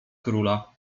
króla